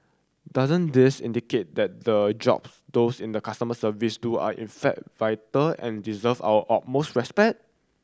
doesn't this indicate that the jobs those in the customer service do are in fact vital and deserve our utmost respect